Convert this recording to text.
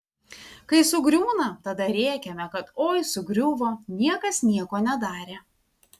kai sugriūna tada rėkiame kad oi sugriuvo niekas nieko nedarė